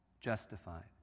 Justified